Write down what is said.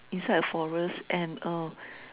inside a forest and uh